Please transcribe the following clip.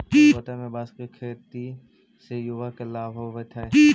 पूर्वोत्तर में बाँस के खेत से युवा के लाभ होवित हइ